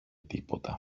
τίποτα